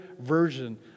version